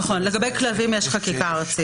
נכון, יש חקיקה ארצית.